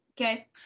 Okay